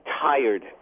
tired